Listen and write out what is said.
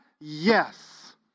Yes